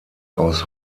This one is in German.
aus